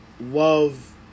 love